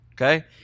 Okay